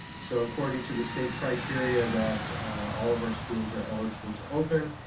so according to the state criteria that all of our schools are eligible to open.